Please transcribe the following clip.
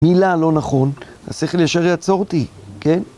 מילה לא נכון, אז צריך להישאר יעצור אותי, כן?